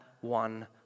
one